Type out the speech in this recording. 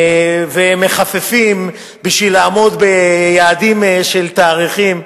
ומחפפים בשביל לעמוד ביעדים של תאריכים.